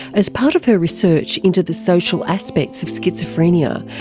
as part of her research into the social aspects of schizophrenia,